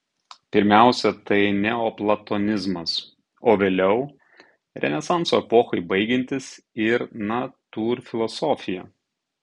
pirmiausia tai neoplatonizmas o vėliau renesanso epochai baigiantis ir natūrfilosofija